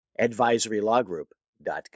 advisorylawgroup.com